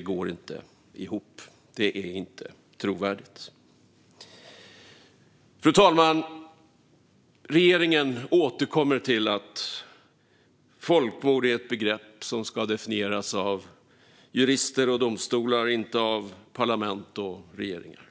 går inte ihop. Det är inte trovärdigt. Fru talman! Regeringen återkommer till att folkmord är ett begrepp som ska definieras av jurister och domstolar, inte av parlament och regeringar.